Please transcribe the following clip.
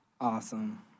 Awesome